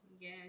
Yes